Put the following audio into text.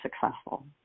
successful